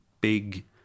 big